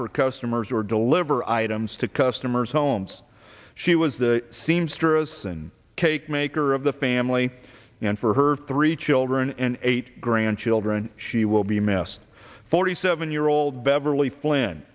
for customers or deliver items to customers homes she was the seamstress and cake maker of the family and for her three children and eight grandchildren she will be missed forty seven year old beverly flynn